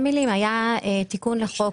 מים גם את מפעלי ים המלח כי היה תיקון בחוק